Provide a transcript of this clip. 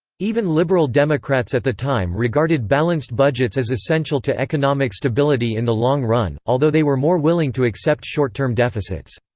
even liberal democrats at the time regarded balanced budgets as essential to economic stability in the long run, although they were more willing to accept short-term deficits.